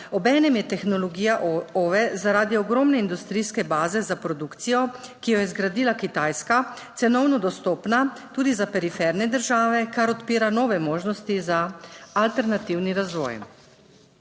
Obenem je tehnologija OVE zaradi ogromne industrijske baze za produkcijo, ki jo je zgradila Kitajska, cenovno dostopna tudi za periferne države, kar odpira nove možnosti za alternativni razvoj.